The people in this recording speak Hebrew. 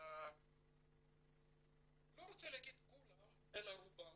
אני לא רוצה להגיד את של כולם אלא רובם